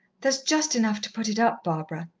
there's just enough to put it up, barbara.